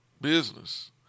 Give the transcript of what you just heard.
business